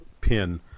pin